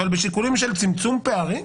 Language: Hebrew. אבל בשיקולים של צמצום פערים?